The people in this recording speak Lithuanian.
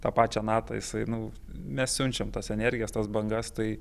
tą pačią natą jisai nu mes siunčiam tas energijas tas bangas tai